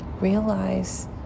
realize